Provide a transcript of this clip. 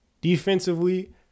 defensively